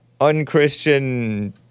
unchristian